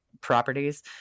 properties